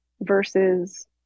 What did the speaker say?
versus